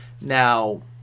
Now